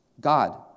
God